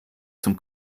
zum